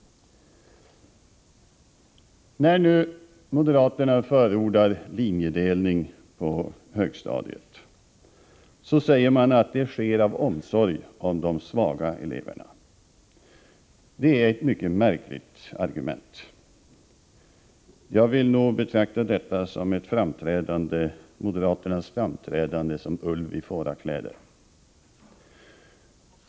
När nu moderaterna förordar linjedelning på högstadiet, säger de att det sker av omsorg om de svaga eleverna. Det är ett mycket märkligt argument. Jag vill betrakta detta som att moderaterna uppträder som ulven i fårakläder.